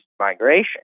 migration